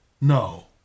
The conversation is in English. no